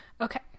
Okay